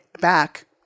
back